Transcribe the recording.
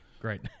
Great